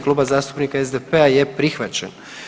Kluba zastupnika SPD-a je prihvaćen.